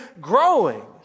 growing